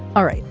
all right.